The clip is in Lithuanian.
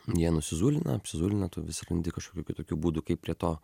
jie nusizūlina apsizūlina tu vis randi kažkokių kitokių būdų kaip prie to